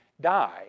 die